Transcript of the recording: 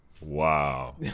Wow